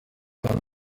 hano